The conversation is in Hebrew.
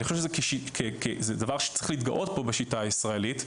ואני חושב שזה דבר שצריך להתגאות בו בשיטה הישראלית,